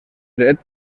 dret